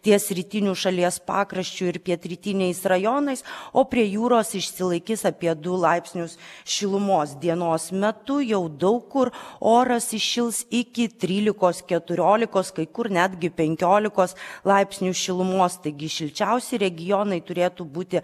ties rytiniu šalies pakraščiu ir pietrytiniais rajonais o prie jūros išsilaikys apie du laipsnius šilumos dienos metu jau daug kur oras įšils iki trylikos keturiolikos kai kur netgi penkiolikos laipsnių šilumos taigi šilčiausi regionai turėtų būti